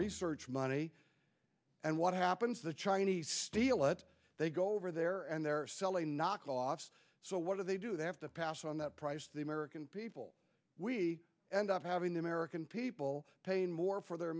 research money and what happens the chinese steal it they go over there and they're selling knockoffs so what do they do they have to pass on that price the american people we end up having the american people paying more or for their